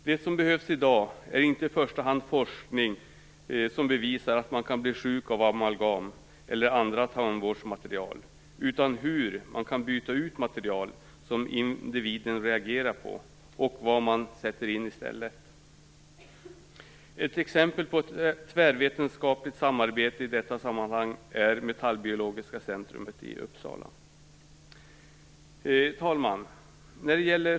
Det som behövs i dag är inte i första hand forskning som bevisar att man kan bli sjuk av amalgam eller av andra tandvårdsmaterial utan forskning som visar hur man kan byta ut material som individen reagerar på och vad man kan sätta in i stället. Ett exempel på tvärvetenskapligt samarbete i detta sammanhang är Metallbiologiskt centrum i Uppsala. Fru talman!